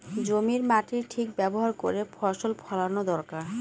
জমির মাটির ঠিক ব্যবহার করে ফসল ফলানো দরকার